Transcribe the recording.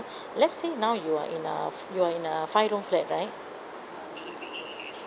let's say now you're in a you're in a five room flat right